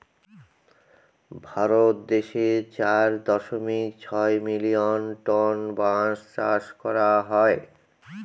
ভারত দেশে চার দশমিক ছয় মিলিয়ন টন বাঁশ চাষ করা হয়